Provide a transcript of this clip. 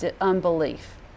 unbelief